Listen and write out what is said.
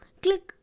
click